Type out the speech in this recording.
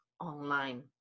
online